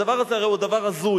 הדבר הזה הרי הוא דבר הזוי.